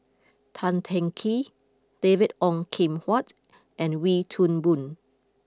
Tan Teng Kee David Ong Kim Huat and Wee Toon Boon